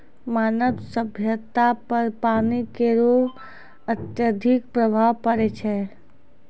मानव सभ्यता पर पानी केरो अत्यधिक प्रभाव पड़ै छै